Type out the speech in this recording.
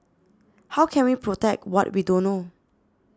how can we protect what we don't know